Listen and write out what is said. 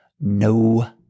no